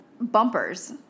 bumpers